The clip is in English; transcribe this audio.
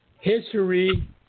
history